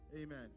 Amen